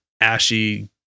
ashy